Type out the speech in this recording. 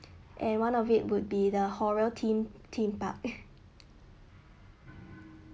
and one of it would be the horror theme theme park